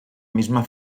misma